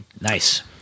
Nice